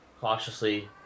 cautiously